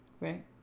Right